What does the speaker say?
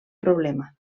problema